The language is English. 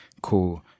cool